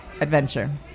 adventure